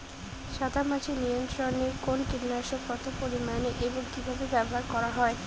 সাদামাছি নিয়ন্ত্রণে কোন কীটনাশক কত পরিমাণে এবং কীভাবে ব্যবহার করা হয়?